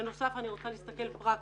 בנוסף אני רוצה להסתכל פרקטית.